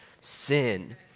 sin